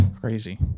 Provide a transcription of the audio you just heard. Crazy